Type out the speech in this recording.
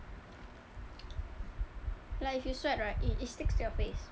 like if you sweat right it sticks to your face